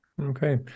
Okay